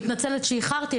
אני מתנצלת שאיחרתי,